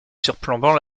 surplombant